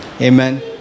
Amen